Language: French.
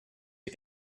les